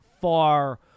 far